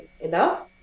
enough